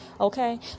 Okay